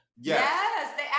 Yes